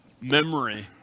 memory